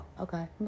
Okay